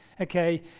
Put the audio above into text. okay